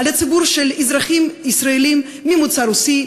על הציבור של אזרחים ישראלים ממוצא רוסי,